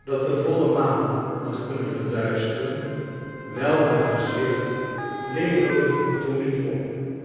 dat de voile maan had kunnen verduisteren welk een gezicht leverde t toen niet op